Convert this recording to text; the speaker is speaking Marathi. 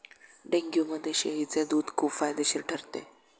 डेंग्यूमध्ये शेळीचे दूध खूप फायदेशीर ठरते